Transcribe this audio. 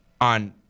on